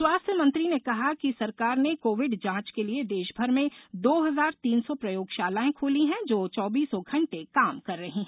स्वास्थ्य मंत्री ने कहा कि सरकार ने कोविड जांच के लिए देशभर में दो हजार तीन सौ प्रयोगशालाएं खोली हैं जो चौबीसों घंटे काम कर रही हैं